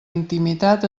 intimitat